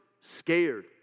scared